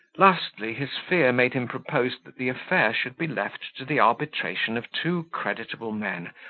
lastly, his fear made him propose that the affair should be left to the arbitration of two creditable men,